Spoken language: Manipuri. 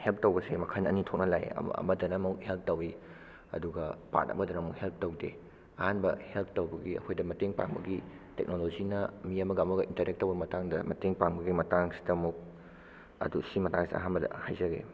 ꯍꯦꯜꯐ ꯇꯧꯕꯁꯦ ꯃꯈꯜ ꯑꯅꯤ ꯊꯣꯛꯅ ꯂꯥꯛꯑꯦ ꯑꯃꯗꯅ ꯑꯃꯨꯛ ꯍꯦꯜꯐ ꯇꯧꯋꯤ ꯑꯗꯨꯒ ꯄꯥꯔꯠ ꯑꯃꯗꯅ ꯑꯃꯨꯛ ꯍꯦꯜꯐ ꯇꯧꯗꯦ ꯑꯍꯥꯟꯕ ꯍꯦꯜꯐ ꯇꯧꯕꯒꯤ ꯑꯩꯈꯣꯏꯗ ꯃꯇꯦꯡ ꯄꯥꯡꯕꯒꯤ ꯇꯦꯛꯅꯣꯂꯣꯖꯤꯅ ꯃꯤ ꯑꯃꯒ ꯃꯤ ꯑꯃꯒ ꯏꯟꯇꯔꯦꯛ ꯇꯧꯕ ꯃꯇꯥꯡꯗ ꯃꯇꯦꯡ ꯄꯥꯡꯕꯒꯤ ꯃꯇꯥꯡꯁꯤꯗ ꯑꯃꯨꯛ ꯑꯗꯨ ꯁꯤ ꯃꯇꯥꯡꯁꯤꯗ ꯑꯍꯥꯟꯕꯗ ꯍꯥꯏꯖꯒꯦ